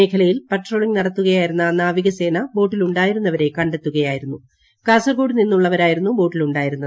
മേഖലയിൽ പട്രോളിങ് നടത്തുകയായിരുന്ന നാവിക്സേന ബോട്ടിലുണ്ടായിരുന്നവരെ കണ്ടെത്തുകയായിരുന്നു കാസർകോട്ട് നിന്നുള്ളവരായിരുന്നു ബോട്ടിലുണ്ടായിരുന്നത്